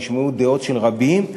נשמעו דעות של רבים,